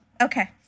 Okay